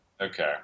Okay